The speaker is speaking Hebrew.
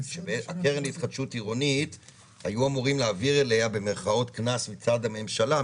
לקרן להתחדשות עירונית היו אמורים להעביר "קנס" מצד הממשלה,